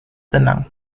tenang